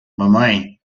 mamãe